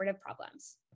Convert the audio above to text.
problems